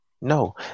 No